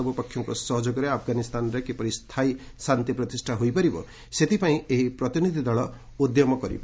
ସବୁ ପକ୍ଷଙ୍କ ସହଯୋଗରେ ଆଫଗାନିସ୍ଥାନରେ କିପରି ସ୍ଥାୟୀ ଶାନ୍ତି ପ୍ରତିଷ୍ଠା ହୋଇ ପାରିବ ସେଥିପାଇଁ ଏହି ପ୍ରତିନିଧି ଦଳ ଉଦ୍ୟମ କରିବ